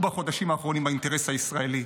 בחודשים האחרונים באינטרס הישראלי,